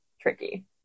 tricky